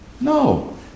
No